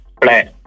play